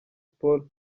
sports